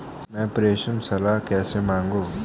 मैं प्रेषण सलाह कैसे मांगूं?